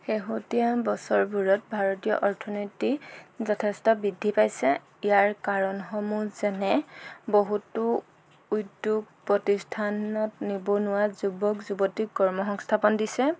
শেহতীয়া বছৰবোৰত ভাৰতীয় অৰ্থনীতি যথেষ্ট বৃদ্ধি পাইছে ইয়াৰ কাৰণসমূহ যেনে বহুতো উদ্যোগ প্ৰতিষ্ঠানত নিবনুৱা যুৱক যুৱতীক কৰ্ম সংস্থাপন দিছে